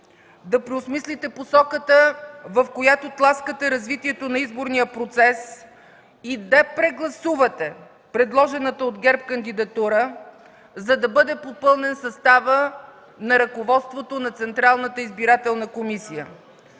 да преосмислите посоката, в която тласкате развитието на изборния процес и да прегласувате предложената от ГЕРБ кандидатура, за да бъде попълнен съставът на ръководството на Централната избирателна комисия.